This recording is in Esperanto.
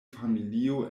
familio